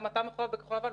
גם אתה מחויב לכחול לבן.